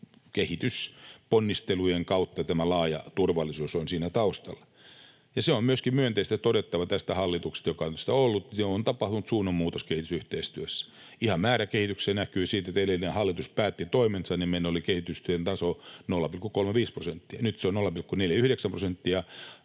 kehitysponnistelujen kautta tämä laaja turvallisuus on siinä taustalla. Ja se on myöskin myönteisesti todettava tästä hallituksesta, joka on ollut, että on tapahtunut suunnanmuutos kehitysyhteistyössä. Ihan määrässä näkyy kehitystä, sillä kun edellinen hallitus päätti toimensa, niin meillä oli kehitysyhteistyön taso 0,35 prosenttia, nyt se on 0,49 prosenttia.